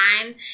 time